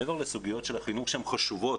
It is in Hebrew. מעבר לסוגיות של החינוך שהן חשובות,